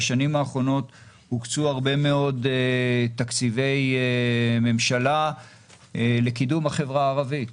בשנים האחרונות הוקצו הרבה מאוד תקציבי ממשלה לקידום החברה הערבית,